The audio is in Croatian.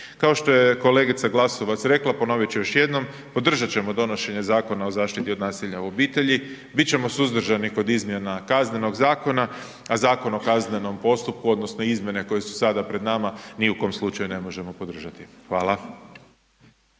Kao što je kolegica Glasovac rekla, ponovit ću još jednom, podržat ćemo donošenje Zakona o zaštiti od nasilja u obitelji, bit ćemo suzdržani kod izmjena KZ-a a ZKP odnosno izmjene koje su sada pred nama, ni u kom slučaju ne možemo podržati. Hvala.